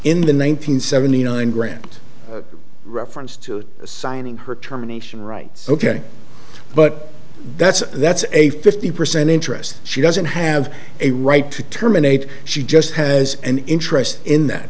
hundred seventy nine grand reference to assigning her terminations rights ok but that's that's a fifty percent interest she doesn't have a right to terminate she just has an interest in that